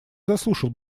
заслушал